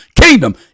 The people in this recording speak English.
kingdom